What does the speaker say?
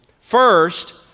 First